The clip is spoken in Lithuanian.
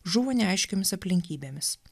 žuvo neaiškiomis aplinkybėmis